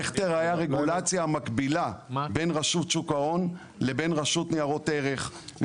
איך תראה הרגולציה המקבילה בין רשות שוק ההון לבין רשות לניירות ערך.